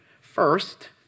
first